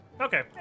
Okay